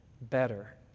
better